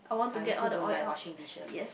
I also don't like washing dishes